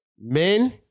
Men